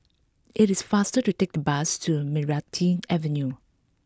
it is faster to take the bus to Meranti Avenue